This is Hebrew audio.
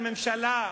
על ממשלה,